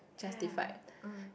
ya uh